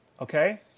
okay